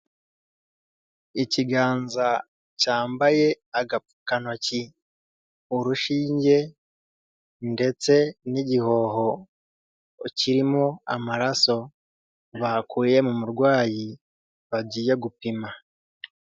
Ikiganza cyambaye agapfukantoki, urushinge ndetse n'igihoho kirimo amaraso bakuye mu murwayi bagiye gupima.